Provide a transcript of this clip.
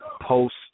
post